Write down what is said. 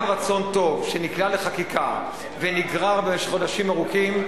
גם רצון טוב שנקרא לחקיקה ונגרר במשך חודשים ארוכים,